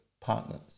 partners